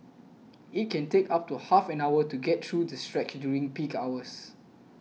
it can take up to half an hour to get through the stretch during peak hours